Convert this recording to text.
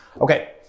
Okay